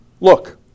look